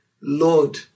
Lord